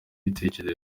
ibitekerezo